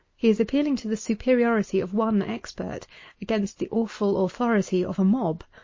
he is appealing to the superiority of one expert against the awful authority of a mob.